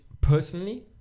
personally